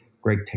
great